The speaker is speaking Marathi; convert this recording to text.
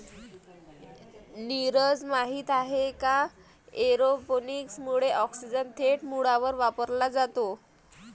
नीरज, माहित आहे का एरोपोनिक्स मुळे ऑक्सिजन थेट मुळांवर वापरला जातो